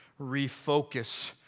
refocus